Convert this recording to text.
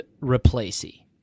replacey